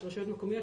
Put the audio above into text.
של רשויות מקומיות,